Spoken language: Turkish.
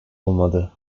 olmadı